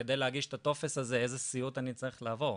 כדי להגיש את הטופס הזה איזה סיוט אני צריך לעבור.